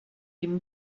dem